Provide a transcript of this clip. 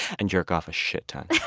and jerk off a shit ton!